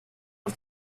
por